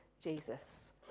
Jesus